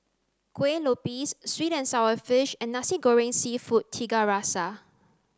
Kuih Lopes sweet and sour fish and nasi goreng seafood tiga rasa